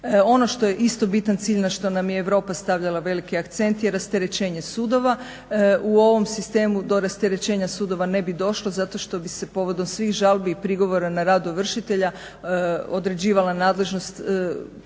Ono što je isto bitan cilj, na što nam je Europa stavljala veliki akcent je rasterećenje sudova. U ovom sistemu do rasterećenja sudova ne bi došlo zato što bi se povodom svih žalbi i prigovora na rad ovršitelja određivala nadležnost općinskih